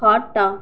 ଖଟ